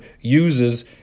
uses